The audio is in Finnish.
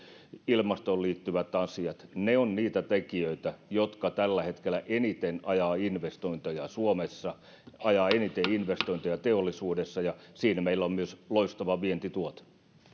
ilmastoon liittyvät asiat ovat niitä tekijöitä jotka tällä hetkellä eniten ajavat investointeja suomessa ajavat eniten investointeja teollisuudessa ja siinä meillä on myös loistava vientituote